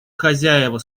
хозяева